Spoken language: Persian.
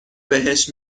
بهش